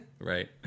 Right